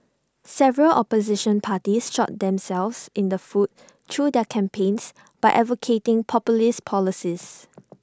several opposition parties shot themselves in the foot through their campaigns by advocating populist policies